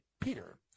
Peter